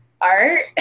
art